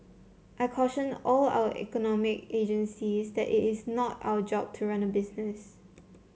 I caution all our economic agencies that it is not our job to run business